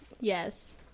yes